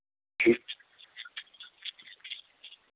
ठीक